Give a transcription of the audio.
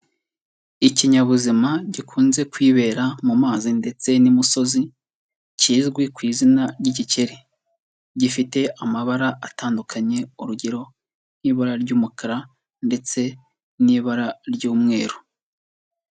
Ikinyabuzima gikunze kwibera mu mazi ndetse n'imusozi, kizwi ku izina ry'igikeri, gifite amabara atandukanye, urugero nk'ibara ry'umukara ndetse n'ibara ry'umweru.